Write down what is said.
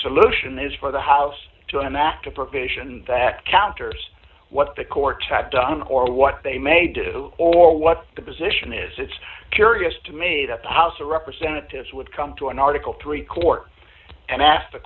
solution is for the house to enact a provision that counters what the courts have done or what they may do or what the position is it's curious to me that the house of representatives would come to an article three court and ask the